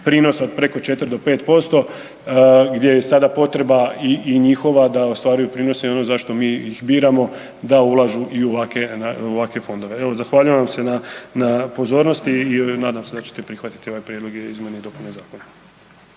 prinosa od preko 4 do 5% gdje je sada potreba i njihova da ostvaruju prinose i ono zašto mi ih biramo da ulažu i u ovakve, u ovakve fondove. Evo zahvaljujem vam se na, na pozornosti i nadam se da ćete prihvatiti ove prijedloge izmjene i dopune zakona.